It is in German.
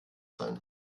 sein